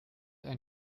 ein